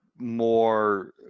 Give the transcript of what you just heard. More